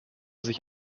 sich